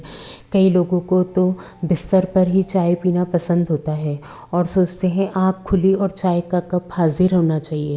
कई लोगों को तो बिस्तर पर ही चाय पीना पसंद होता है और सोचते हैं आँख खुली और चाय का कप हाज़िर होना चाहिए